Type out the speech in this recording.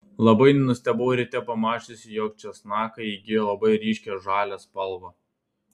labai nustebau ryte pamačiusi jog česnakai įgijo labai ryškią žalią spalvą